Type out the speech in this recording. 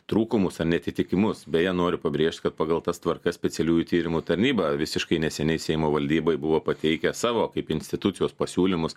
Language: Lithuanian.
trūkumus ar neatitikimus beje noriu pabrėžt kad pagal tas tvarkas specialiųjų tyrimų tarnyba visiškai neseniai seimo valdybai buvo pateikę savo kaip institucijos pasiūlymus